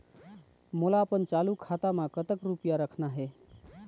मोला अपन चालू खाता म कतक रूपया रखना हे?